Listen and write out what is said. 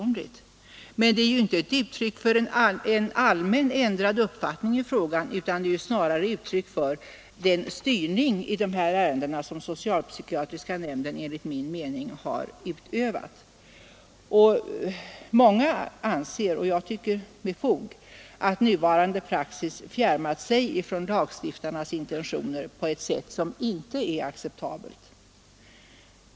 Men det är inte ett uttryck för en allmänt ändrad uppfattning i frågan, utan det är snarare uttryck för den styrning i dessa avseenden som den socialpsykiatriska nämnden enligt min mening har utövat. Många anser — och jag tycker med fog — att nuvarande praxis fjärmat sig från lagstiftarnas intentioner på ett sätt som inte är acceptabelt.